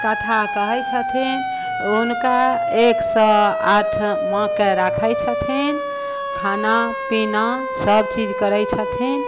कथा कहै छथिन हुनका एक सए आठ माँकेँ राखै छथिन खाना पीना सभचीज करै छथिन